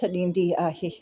छॾींदी आहे